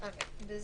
התנגדות.